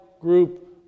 group